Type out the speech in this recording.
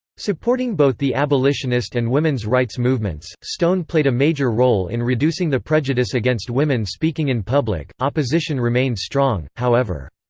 supporting both the abolitionist and women's rights movements, stone played a major role in reducing the prejudice against women speaking in public opposition remained strong, however.